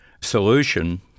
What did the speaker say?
solution